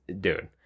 dude